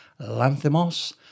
Lanthimos